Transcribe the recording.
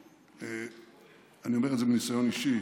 ויתעמתו איתי, אני אומר את זה מניסיון אישי,